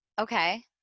Okay